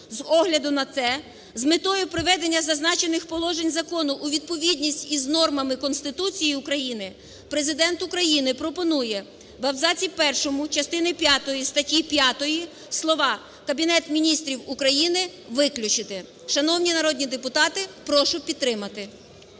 З огляду на це, з метою проведення зазначених положень закону у відповідність із нормами Конституції України Президент України пропонує: в абзаці першому частини п'ятої статті 5 слова: "Кабінет Міністрів України" виключити. Шановні народні депутати, прошу підтримати.